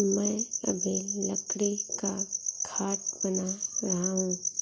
मैं अभी लकड़ी का खाट बना रहा हूं